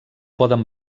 poden